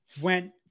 went